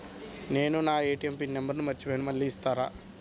నేను నా ATM PIN number మర్చిపోయాను మళ్ళీ ఇస్తారా?